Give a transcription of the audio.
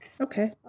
Okay